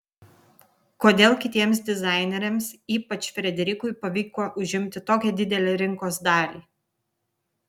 kodėl kitiems dizaineriams ypač frederikui pavyko užimti tokią didelę rinkos dalį